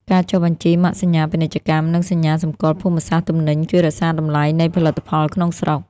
ការចុះបញ្ជីម៉ាកសញ្ញាពាណិជ្ជកម្ម និងសញ្ញាសម្គាល់ភូមិសាស្ត្រទំនិញ ជួយរក្សាតម្លៃនៃផលិតផលក្នុងស្រុក។